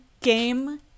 game